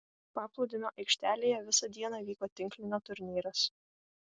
paplūdimio aikštelėje visą dieną vyko tinklinio turnyras